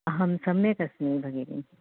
अहं सम्यक् अस्मि भगिनी